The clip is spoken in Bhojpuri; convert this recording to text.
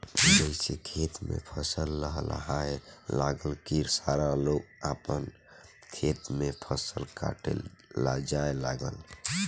जइसे खेत में फसल लहलहाए लागल की सारा लोग आपन खेत में फसल काटे ला जाए लागल